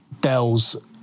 Dell's